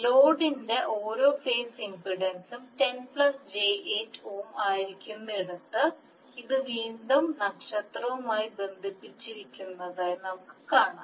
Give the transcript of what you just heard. ലോഡിന്റെ ഓരോ ഫേസ് ഇംപെഡൻസും 10 j8 ഓം ആയിരിക്കുന്നിടത്ത് ഇത് വീണ്ടും നക്ഷത്രവുമായി ബന്ധിപ്പിച്ചിരിക്കുന്നതായി നമുക്ക് കാണാം